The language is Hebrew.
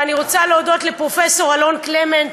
ואני רוצה להודות לפרופסור אלון קלמנט,